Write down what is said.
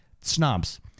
snobs